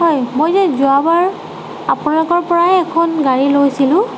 হয় মই যে যোৱাবাৰ আপোনালোকৰ পৰাই এখন গাড়ী লৈছিলোঁ